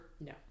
No